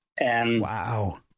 Wow